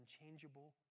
unchangeable